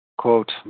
Quote